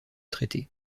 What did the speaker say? traité